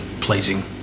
pleasing